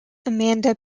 amanda